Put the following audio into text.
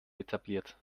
etabliert